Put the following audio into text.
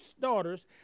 daughters